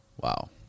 wow